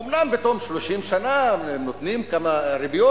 אומנם בתום 30 שנה הם נותנים כמה ריביות,